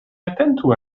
atentu